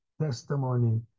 testimony